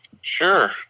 sure